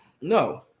No